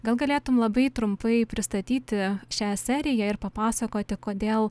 gal galėtum labai trumpai pristatyti šią seriją ir papasakoti kodėl